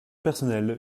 personnelle